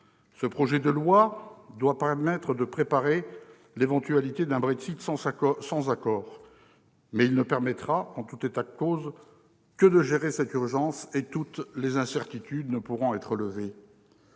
Ce projet de loi doit permettre de préparer l'éventualité d'un Brexit sans accord. Mais, en tout état de cause, il ne permettra que de gérer cette urgence, et toutes les incertitudes ne pourront être levées.